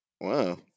wow